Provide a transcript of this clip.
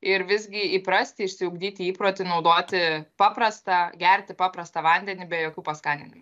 ir visgi įprasti išsiugdyti įprotį naudoti paprastą gerti paprastą vandenį be jokių paskaninimų